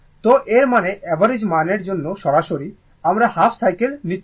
তো এর মানে অ্যাভারেজ মান এর জন্য সরাসরি আমরা হাফ সাইকেল নিচ্ছি